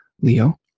Leo